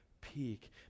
peak